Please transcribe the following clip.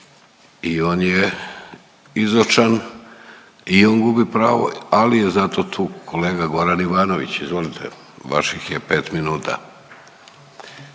I on je izočan i on gubi pravo ali je zato tu kolega Goran Ivanović, izvolite. Vaših je 5 minuta.